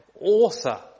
author